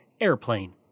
Airplane